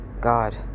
God